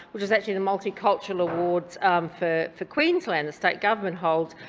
which was actually the multicultural awards for for queensland the state government holds.